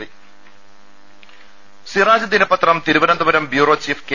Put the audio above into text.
ദേഴ സിറാജ് ദിനപത്രം Thiruvananthapuram bureau chief K